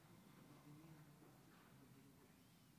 ממתינים לשר המשפטים.